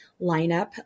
lineup